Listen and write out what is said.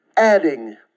Adding